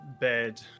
bed